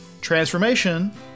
Transformation